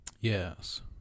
Yes